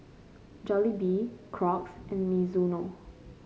Jollibee Crocs and Mizuno